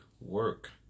work